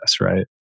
Right